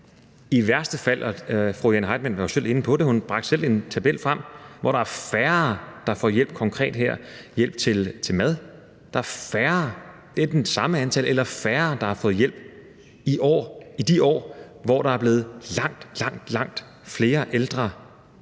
i værste fald – fru Jane Heitmann var jo selv inde på det, hun bragte selv en tabel frem – er der færre, der får hjælp, her konkret: hjælp til mad. Der er enten samme antal eller færre, der har fået hjælp i de år, hvor der er blevet langt, langt flere ældre.